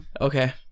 Okay